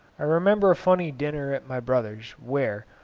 i remember a funny dinner at my brother's, where,